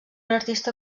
artista